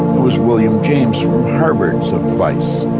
it was william james from harvard's advice.